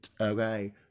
Okay